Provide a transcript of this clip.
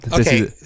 okay